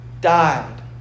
died